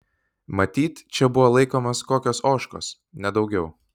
matyt čia buvo laikomos kokios ožkos nedaugiau